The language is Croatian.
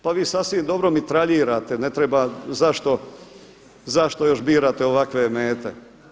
Pa vi sasvim dobro mitraljirate, ne treba, zašto još birate ovakve mete.